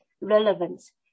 relevance